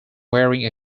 wearing